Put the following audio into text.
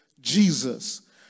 Jesus